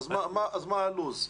מה לוח הזמנים?